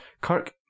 Kirk